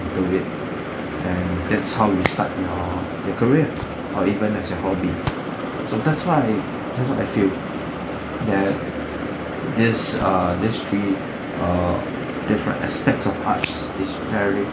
to wait and that's how we start your your career or even as your hobby so that's why I that's why I feel that this err this three err different aspects of arts is very